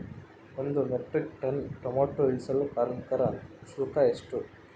ಒಂದು metric ton tomato ಇಳಿಸಲು ಕಾರ್ಮಿಕರ ಶುಲ್ಕ ಎಷ್ಟು?